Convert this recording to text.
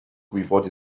gwybod